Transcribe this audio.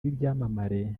b’ibyamamare